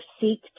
seek